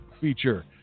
feature